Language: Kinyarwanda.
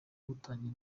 gutangira